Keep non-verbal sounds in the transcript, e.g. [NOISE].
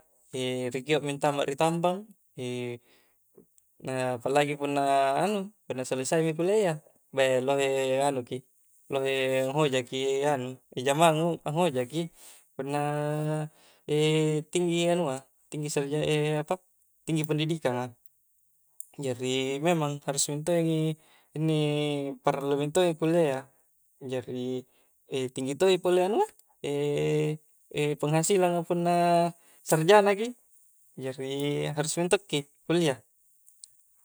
[HESITATION] rikiokmi tama ritambang, [HESITATION] na apalagi punna selesaimi kuliahyya, be lohe anuki lohe anghojaki [HESITATION] anu jamangang hojaki, punna [HESITATION] tinggi anua [HESITATION] tinggi [UNINTELLIGIBLE] [HESITATION] apa tinggi pendidikan a, jadi memang harus mintodoi, inni parallu mintodo i kuliayya, jari [HESITATION] tinggi todo i penghasialng a punna sarjana ki, jari harus mintodoki kuliah,